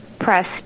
Press